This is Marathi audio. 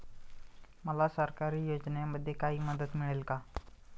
मला सरकारी योजनेमध्ये काही मदत मिळेल का?